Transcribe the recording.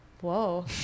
Whoa